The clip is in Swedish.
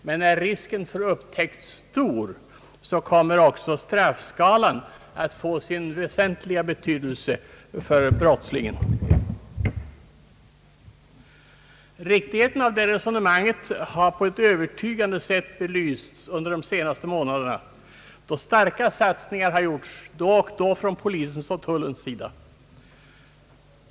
Men är risken för upptäckt stor, kommer straffskalan att få sin väsentliga betydelse för brottslingen. Riktigheten av detta resonemang har på ett övertygande sätt belysts under de senaste månaderna, när starka satsningar har gjorts då och då av polisen och tullen.